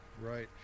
Right